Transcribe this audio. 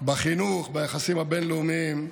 בחינוך, ביחסים הבין-לאומיים,